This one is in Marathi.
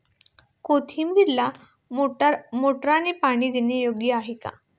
कोथिंबीरीला मोटारने पाणी देणे योग्य आहे का?